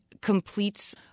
completes